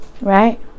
Right